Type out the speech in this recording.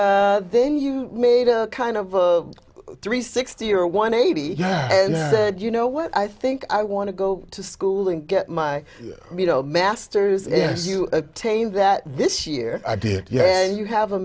then you made a kind of a three sixty or one eighty and said you know what i think i want to go to school and get my master's if you take that this year i did yeah and you have a